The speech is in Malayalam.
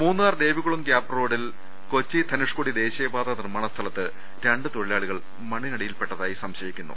മൂന്നാർ ദേവികുളം ഗൃാപ്പ്റോഡിൽ കൊച്ചി ധനുഷ്കോടി ദേശീയപാത നിർമ്മാണ സ്ഥലത്ത് രണ്ടു തൊഴിലാളികൾ മണ്ണിനടിയിൽ പെട്ടതായി സംശയിക്കുന്നു